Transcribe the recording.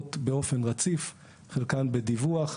מנוטרות באופן רציף, חלקן בדיווח.